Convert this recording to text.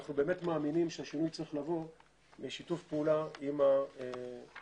אנחנו באמת מאמינים שהשינוי צריך לבוא משיתוף פעולה עם האזרחים.